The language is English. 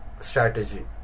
strategy